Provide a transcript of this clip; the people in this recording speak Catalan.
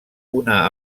una